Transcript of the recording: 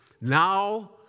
now